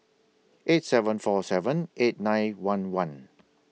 eight seven four seven eight nine one one